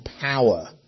power